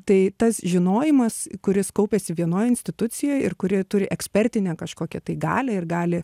tai tas žinojimas kuris kaupiasi vienoj institucijoj ir kuri turi ekspertinę kažkokią tai galią ir gali